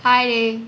hi